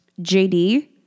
JD